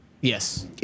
Yes